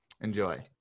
enjoy